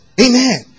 Amen